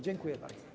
Dziękuję bardzo.